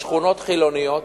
בשכונות חילוניות,